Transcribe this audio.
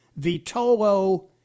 Vitolo